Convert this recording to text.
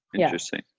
Interesting